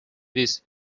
this